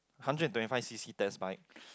hundred and twenty five C_C test bike